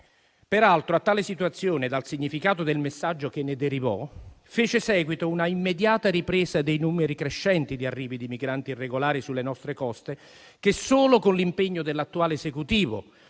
Peraltro a tale situazione, dal significato del messaggio che ne derivò, fece seguito un'immediata ripresa dei numeri crescenti di arrivi di migranti irregolari sulle nostre coste, che solo con l'impegno dell'attuale Esecutivo,